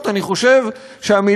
פתח חרצובות רשע,